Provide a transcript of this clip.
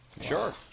sure